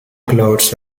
clouds